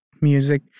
music